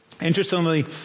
Interestingly